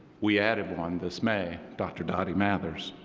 we added one this may, dr. dottie mathers.